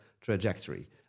trajectory